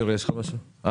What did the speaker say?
אני מבקש התייעצות.